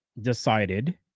decided